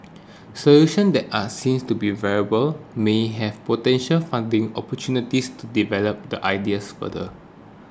solutions that are seen to be viable may have potential funding opportunities to develop the ideas further